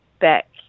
back